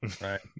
right